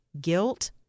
guilt